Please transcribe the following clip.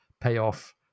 payoff